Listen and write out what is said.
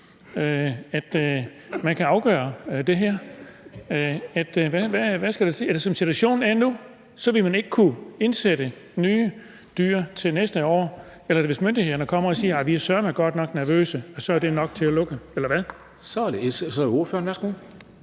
– man kan afgøre det her. Er det sådan, at som situationen er nu, vil man ikke kunne indsætte nye dyr til næste år, eller er det, hvis myndighederne kommer og siger, at de søreme godt nok er nervøse, og så er det nok til at lukke, eller hvad? Kl.